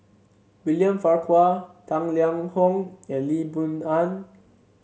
William Farquhar Tang Liang Hong and Lee Boon Ngan